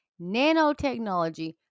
nanotechnology